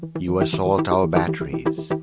you assault our batteries,